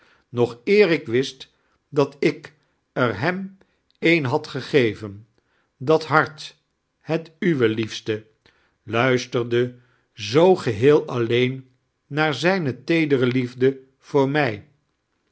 nog eerik wist dat ik er hem een had to gevien dat hart het uiwe lietfste rudisiteiridie zoo geheel alleen naar zajne teedere liiefde voor mij